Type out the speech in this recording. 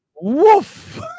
Woof